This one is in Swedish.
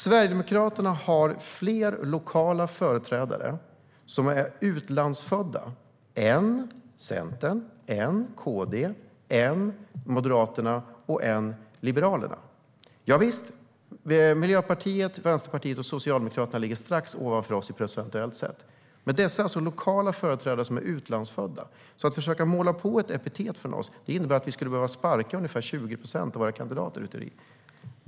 Sverigedemokraterna har fler lokala företrädare som är utlandsfödda än vad Centern, KD, Moderaterna och Liberalerna har. Javisst, Miljöpartiet, Vänsterpartiet och Socialdemokraterna ligger strax över oss procentuellt sett. Men dessa är alltså lokala företrädare som är utlandsfödda. Det innebär alltså att vi skulle behöva sparka ungefär 20 procent av våra kandidater ute i riket.